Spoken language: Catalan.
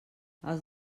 els